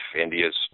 India's